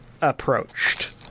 approached